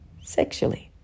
sexually